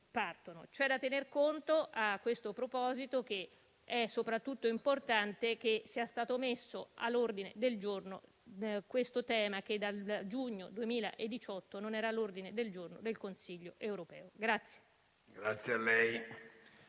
barche di morte. A questo proposito, è soprattutto importante che sia stato messo all'ordine del giorno questo tema, che dal giugno 2018 non era all'ordine del giorno del Consiglio europeo.